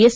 S